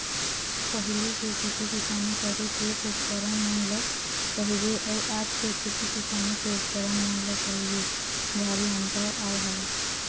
पहिली के खेती किसानी करे के उपकरन मन ल कहिबे अउ आज के खेती किसानी के उपकरन मन ल कहिबे भारी अंतर आय हवय